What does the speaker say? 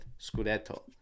Scudetto